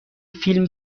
فیلم